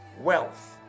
Wealth